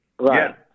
Right